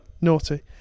Naughty